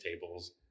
tables